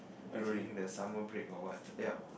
during the summer break or what yup